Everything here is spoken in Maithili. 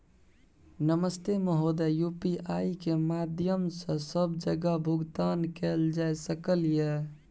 नमस्ते महोदय, यु.पी.आई के माध्यम सं सब जगह भुगतान कैल जाए सकल ये?